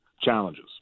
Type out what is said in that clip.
challenges